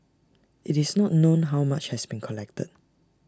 IT is not known how much has been collected